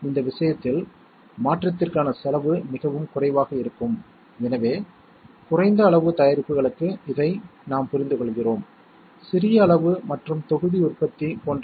எனவே A OR B ஆனது 1110 ஆக குறிப்பிடப்படுகிறது A மற்றும் B என்றால் என்ன